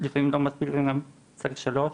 שמספיק ולפעמים צריך גם שלושה.